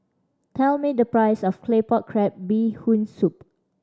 tell me the price of Claypot Crab Bee Hoon Soup